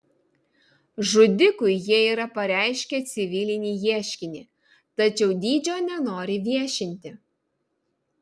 žudikui jie yra pareiškę civilinį ieškinį tačiau dydžio nenori viešinti